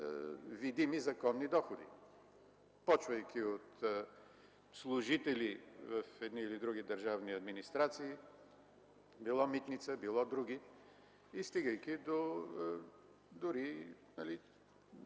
видими законни доходи, започвайки от служители в едни или други държавни администрации – било митница, било други, и стигайки до работещи